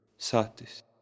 Satis